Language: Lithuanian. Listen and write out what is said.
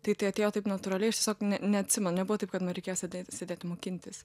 tai tai atėjo taip natūraliai aš tiesiog ne neatsimenu nebuvo taip kad man reikėjo sėdėt sėdėti mokintis